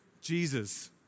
Jesus